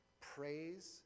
Praise